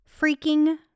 Freaking